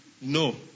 No